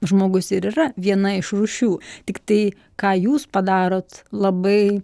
žmogus ir yra viena iš rūšių tiktai ką jūs padarot labai